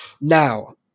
Now